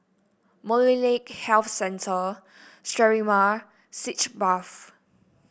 Molnylcke Health Centre Sterimar Sitz Bath